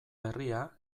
berria